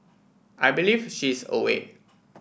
I believe she is away